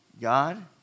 God